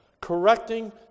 Correcting